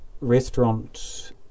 restaurant